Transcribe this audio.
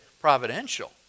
providential